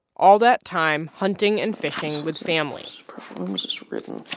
all that time hunting and fishing with family when was this written?